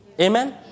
Amen